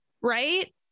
right